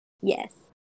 Yes